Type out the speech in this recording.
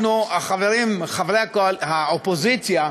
אנחנו, חברי האופוזיציה,